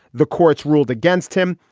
the courts ruled against him.